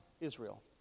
Israel